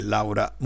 Laura